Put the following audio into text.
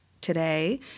today